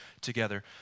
together